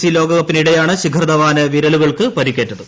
C ലോകകപ്പിനിടെയാണ് ശിഖർ ധവാന് വിരലുകൾക്ക് പരിക്കേറ്റത്